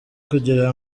kugira